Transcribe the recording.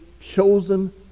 chosen